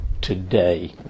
today